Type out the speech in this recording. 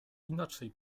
inaczej